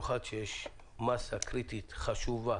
מאסה קריטית חשובה